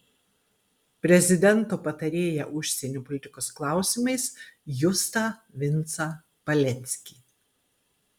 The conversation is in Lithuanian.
prezidento patarėją užsienio politikos klausimais justą vincą paleckį